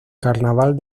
carnaval